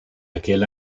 aquel